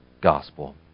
gospel